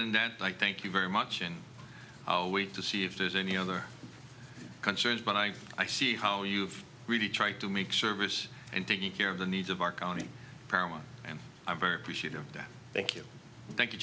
than that i thank you very much and wait to see if there's any other concerns but i i see how you've really tried to make sure of us and taking care of the needs of our county paramount and i'm very appreciative that thank you thank you